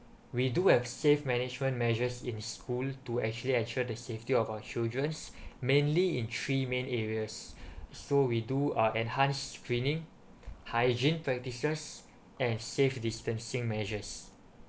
we do have safe management measures in school to actually ensure the safety of our children's mainly in three main areas so we do uh enhance screening hygiene practises and safe distancing measures